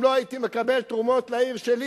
אם לא הייתי מקבל תרומות לעיר שלי,